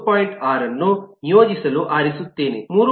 6 ಅನ್ನು ನಿಯೋಜಿಸಲು ಆರಿಸುತ್ತೇನೆ 3